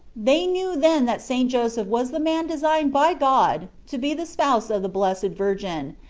they knew then that st. joseph was the man designed by god to be the spouse of the blessed virgin,